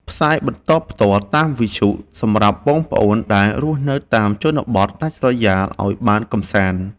ផ្សាយបន្តផ្ទាល់តាមវិទ្យុសម្រាប់បងប្អូនដែលរស់នៅតាមជនបទដាច់ស្រយាលឱ្យបានកម្សាន្ត។